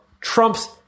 Trump's